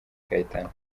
kayitana